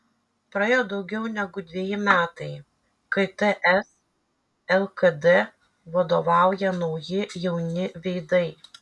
praėjo daugiau negu dveji metai kai ts lkd vadovauja nauji jauni veidai